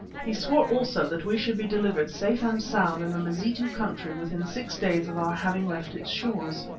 he swore also that we should be delivered safe and sound in the mazitu country within six days of our having left its shores.